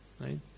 right